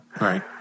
Right